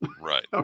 Right